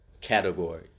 category